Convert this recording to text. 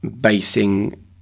basing